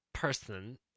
person